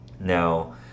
Now